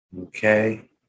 okay